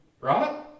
Right